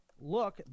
look